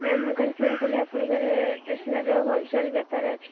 ma'am ମୁଁ କାଳେ ଶୁଣିଥିଲି ଆପଣ କୁଆଡ଼େ ଷ୍ଟେସନାରୀର ହୋଲସେଲ୍ ବେପାର ଅଛି